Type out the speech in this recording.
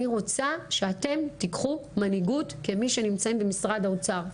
אני רוצה שאתם תיקחו מנהיגות כמי שנמצאים במשרד האוצר,